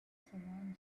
surrounding